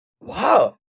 wow